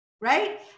right